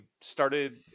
started